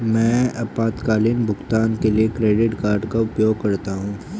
मैं आपातकालीन भुगतान के लिए क्रेडिट कार्ड का उपयोग करता हूं